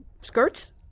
skirts